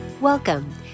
Welcome